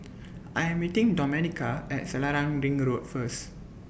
I Am meeting Domenica At Selarang Ring Road First